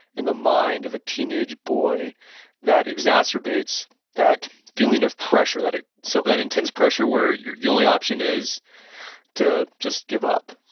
in the mind of a teenage boy that exacerbates that feeling of pressure, that ah so that intense pressure where the only option is to just give up?